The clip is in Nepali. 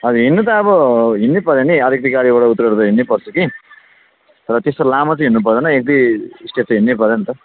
हजुर हिँड्नु त अब हिँड्नैपर्यो नि आलिकति गाडीबाट उत्रेर हिँड्नैपर्छ कि तर त्यस्तो लामो चाहिँ हिँड्नु पर्दैन एक दुई स्टेप त हिँड्नैपर्यो नि त